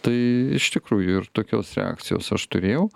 tai iš tikrųjų ir tokios reakcijos aš turėjau